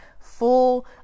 full